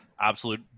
absolute –